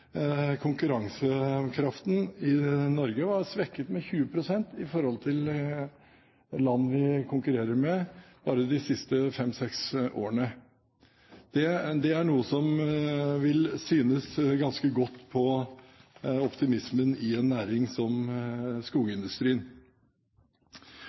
konkurransekraften i Norge var svekket med 20 pst. i forhold til land vi konkurrerer med, bare de siste fem–seks årene. Det er noe som vil synes ganske godt på optimismen i en næring som